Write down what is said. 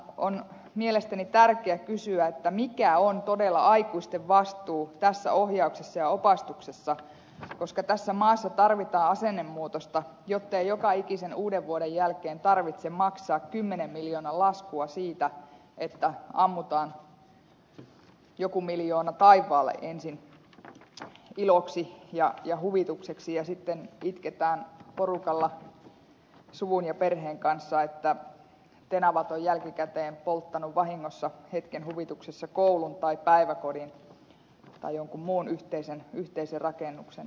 on mielestäni tärkeä kysyä mikä on todella aikuisten vastuu tässä ohjauksessa ja opastuksessa koska tässä maassa tarvitaan asennemuutosta jottei joka ikisen uudenvuoden jälkeen tarvitse maksaa kymmenen miljoonan laskua siitä että ammutaan joku miljoona taivaalle ensin iloksi ja huvitukseksi ja sitten itketään porukalla suvun ja perheen kanssa sitä että tenavat ovat jälkikäteen polttaneet vahingossa hetken huvituksessa koulun tai päiväkodin tai jonkun muun yhteisen rakennuksen